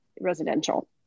residential